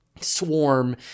swarm